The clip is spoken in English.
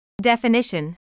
definition